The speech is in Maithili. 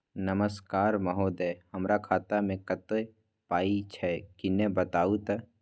नमस्कार महोदय, हमर खाता मे कत्ते पाई छै किन्ने बताऊ त?